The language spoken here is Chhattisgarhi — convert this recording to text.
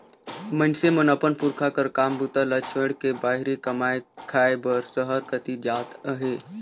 मइनसे मन अपन पुरखा कर काम बूता ल छोएड़ के बाहिरे कमाए खाए बर सहर कती जात अहे